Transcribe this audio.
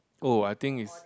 oh I think is